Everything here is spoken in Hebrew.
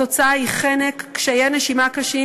התוצאה היא חנק, קשיי נשימה קשים.